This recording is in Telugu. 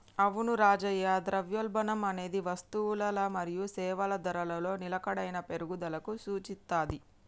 అవును రాజయ్య ద్రవ్యోల్బణం అనేది వస్తువులల మరియు సేవల ధరలలో నిలకడైన పెరుగుదలకు సూచిత్తది